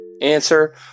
Answer